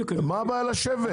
מה הבעיה לשבת?